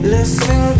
Listen